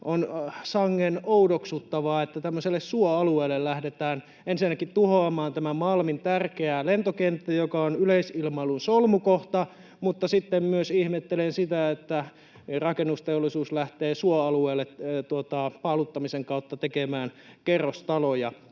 On sangen oudoksuttavaa, että tämmöisellä suoalueella lähdetään ensinnäkin tuhoamaan tämä Malmin tärkeä lentokenttä, joka on yleisilmailun solmukohta, mutta sitten ihmettelen myös sitä, että rakennusteollisuus lähtee suoalueelle paaluttamisen kautta tekemään kerrostaloja.